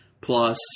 plus